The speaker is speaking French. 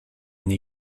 une